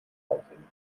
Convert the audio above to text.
aufhängen